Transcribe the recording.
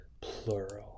plural